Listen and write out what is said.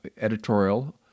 editorial